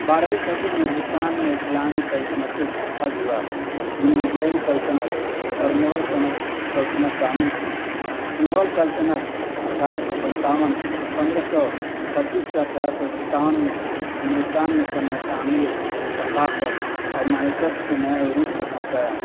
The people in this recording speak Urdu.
بارہویں صدی میں ہندوستان میں اسلامی سلطنتوں کا آغاز ہوا جن میں دہلی سلطنت اور مغل سلطنت شامل تھی مغل سلطنت اٹھارہ سو سنتاون پندرہ سو چھبیس سے اٹھارہ سو ستاون نے ہندوستان میں فنِ تعمیر ثقافت اور معیشت کو نئے عروج پر پہنچایا